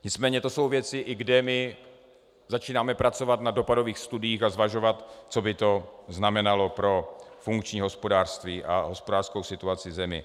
Nicméně to jsou ale věci, kde začínáme pracovat na dopadových studiích a zvažovat, co by to znamenalo pro funkční hospodářství a hospodářskou situaci v zemi.